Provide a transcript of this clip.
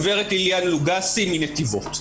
הגברת אליאן לוגסי מנתיבות.